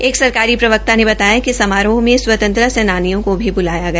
एक सरकारी प्रवक्ता ने बताया कि समारोह में स्वतंत्रता सेनानियों को भी ब्लाया गया